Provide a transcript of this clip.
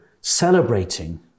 celebrating